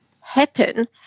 happen